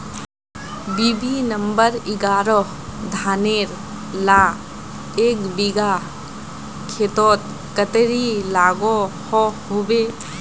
BB number एगारोह धानेर ला एक बिगहा खेतोत कतेरी लागोहो होबे?